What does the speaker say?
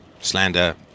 slander